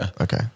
Okay